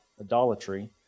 idolatry